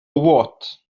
what